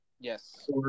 Yes